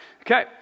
Okay